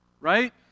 Right